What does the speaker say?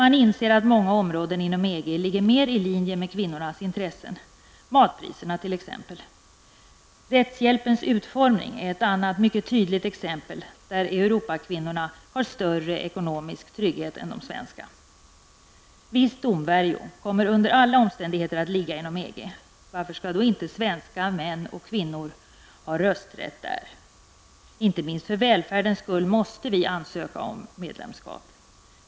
De inser att många områden inom EG ligger mer i linje med kvinnornas intressen, matpriserna t.ex. Rättshjälpens utformning är ett annat mycket tydligt exempel på att Europas kvinnor har större ekonomisk trygghet än de svenska. Viss domvärjo kommer under alla omständigheter att ligga inom EG. Varför skall då inte svenska män och kvinnor ha rösträtt där? Inte minst för välfärdens skull måste vi ansöka om medlemskap.